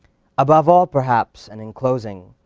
above all, perhaps, and in closing,